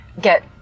get